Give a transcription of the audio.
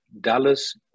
Dallas